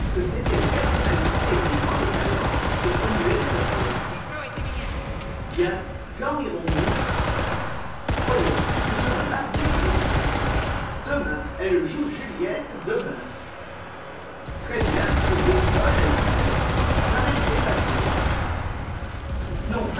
c'étaient les personnalités et non les talents qui remuaient leur époque bien quand irons-nous voyons nous sommes mardi aujourd'hui demain elle joue juliette demain très bien au bristol à huit heures j'amènerai basil